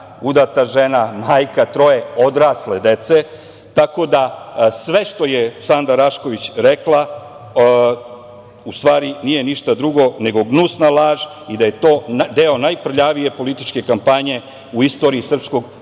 udata žena, majka troje odrasle dece, tako da sve što je Sanda Rašković Ivić rekla, u stvari nije ništa drugo nego gnusna laž i da je to deo najprljavije političke kampanje u istoriji srpskog